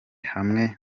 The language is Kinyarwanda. hamwe